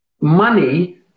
money